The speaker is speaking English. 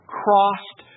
crossed